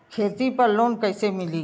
खेती पर लोन कईसे मिली?